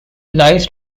lies